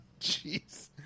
Jeez